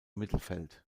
mittelfeld